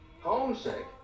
Homesick